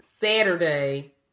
Saturday